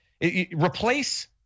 Replace